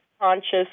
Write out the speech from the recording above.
conscious